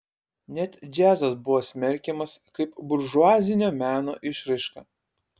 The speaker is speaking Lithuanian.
net džiazas buvo smerkiamas kaip buržuazinio meno išraiška